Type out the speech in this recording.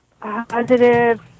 positive